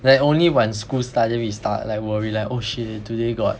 then only when school start then we start like worry like oh shit today got